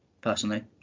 personally